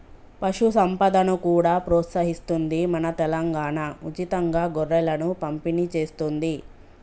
పశు సంపదను కూడా ప్రోత్సహిస్తుంది మన తెలంగాణా, ఉచితంగా గొర్రెలను పంపిణి చేస్తుంది